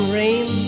rain